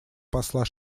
посла